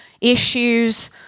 issues